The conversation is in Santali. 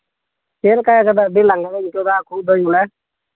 ᱪᱮᱫ ᱞᱮᱠᱟ ᱟᱹᱰᱤ ᱞᱟᱸᱜᱟ ᱜᱤᱧ ᱟᱹᱭᱠᱟᱹᱣᱫᱟ ᱠᱷᱩᱜ ᱫᱟᱹᱧ ᱵᱚᱞᱮ